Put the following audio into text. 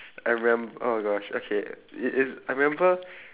I remem~ oh gosh okay it is I remember